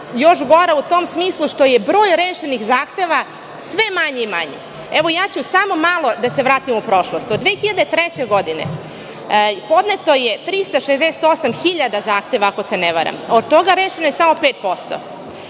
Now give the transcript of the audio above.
još gora u tom smislu što je broj rešenih zahteva sve manji i manji. Evo, ja ću samo malo da se vratim u prošlost. Od 2003. godine podneto je 368.000 zahteva, ako se ne varam. Rešeno je samo 5%